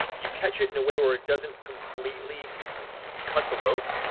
you catch it in a way where it doesn't completely cut the rope,